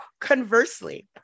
conversely